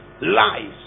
Lies